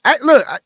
Look